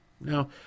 Now